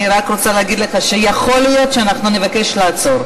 אני רק רוצה להגיד לך שיכול להיות שאנחנו נבקש לעצור.